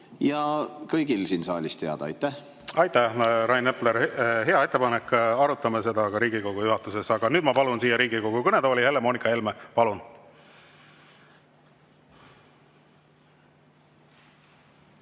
ja kõigil on siin saalis teada. Aitäh, Rain Epler! Hea ettepanek, arutame seda ka Riigikogu juhatuses. Aga nüüd ma palun siia Riigikogu kõnetooli Helle-Moonika Helme. Palun!